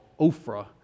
Ophrah